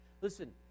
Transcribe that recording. Listen